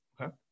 Okay